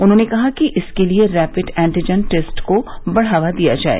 उन्होंने कहा कि इसके लिए रैपिड एंटिजन टेस्ट को बढ़ावा दिया जाए